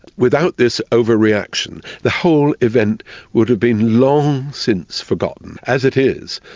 without this overreaction the whole event would have been long since forgotten. as it is,